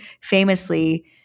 Famously